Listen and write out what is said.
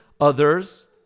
others